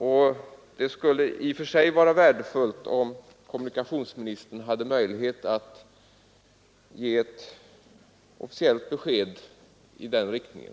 Därför skulle det vara värdefullt om kommunikationsministern hade möjlighet att ge ett officiellt besked i den riktningen.